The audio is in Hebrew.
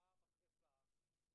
פעם אחר פעם,